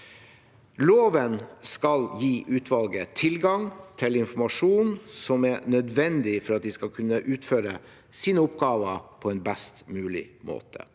Loven skal gi utvalget tilgang til informasjon som er nødvendig for at de skal kunne utføre sine oppgaver på en best mulig måte.